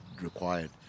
required